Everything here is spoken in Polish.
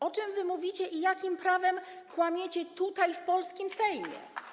O czym wy mówicie i jakim prawem kłamiecie tutaj, w polskim Sejmie?